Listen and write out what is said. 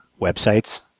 websites